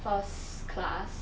first class